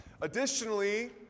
Additionally